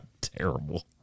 terrible